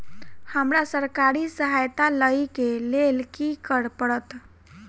हमरा सरकारी सहायता लई केँ लेल की करऽ पड़त?